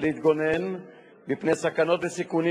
אדוני היושב-ראש,